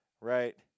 right